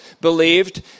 believed